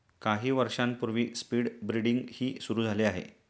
काही वर्षांपूर्वी स्पीड ब्रीडिंगही सुरू झाले आहे